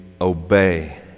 obey